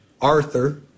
Arthur